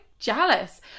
jealous